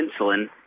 insulin